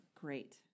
great